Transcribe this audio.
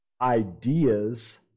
ideas